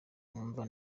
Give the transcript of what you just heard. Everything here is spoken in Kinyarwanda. numva